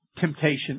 temptation